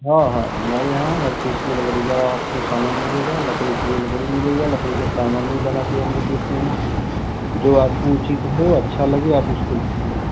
हाँ हाँ हमारे यहाँ हर चीज़ की लकड़ी का आपको सामान मिलेगा लकड़ी चाहिए लकड़ी मिलेगी लकड़ी का सामान भी बना कर हम लोग देते हैं जो आपको उचित हो अच्छा लगे आप उसको लीजिए